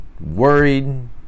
worried